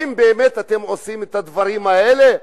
האם באמת אתם עושים את הדברים האלה,